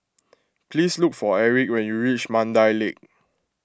please look for Erick when you reach Mandai Lake